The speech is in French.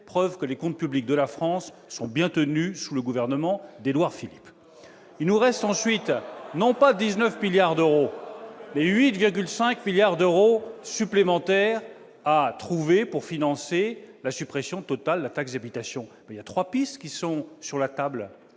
preuve que les comptes publics de la France sont bien tenus sous le gouvernement d'Édouard Philippe ! Il nous reste à trouver non pas 19 milliards d'euros, mais 8,5 milliards d'euros pour financer la suppression totale de la taxe d'habitation. Trois pistes sont sur la table